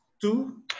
two